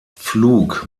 pflug